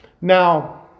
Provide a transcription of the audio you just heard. Now